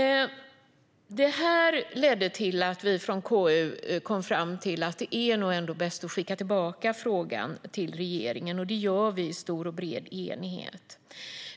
Detta ledde till att vi i KU kom fram till att det nog ändå är bäst att skicka tillbaka frågan till regeringen, och det gör vi i stor och bred enighet.